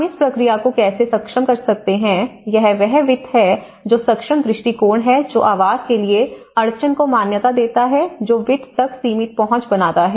हम इस प्रक्रिया को कैसे सक्षम कर सकते हैं यह वह वित्त है जो सक्षम दृष्टिकोण है जो आवास के लिए अड़चन को मान्यता देता है जो वित्त तक सीमित पहुंच बनाता है